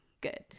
good